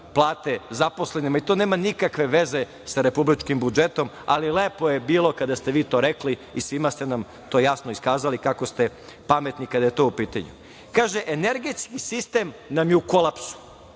plate zaposlenima i to nema nikakve veze sa republičkim budžetom, ali lepo je bilo kada ste vi to rekli i svima ste nam to jasno iskazali kako ste pametni kada je to u pitanju. Kaže - energetski sistem nam je u kolapsu.